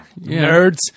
Nerds